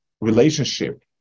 relationship